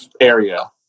area